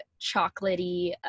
chocolatey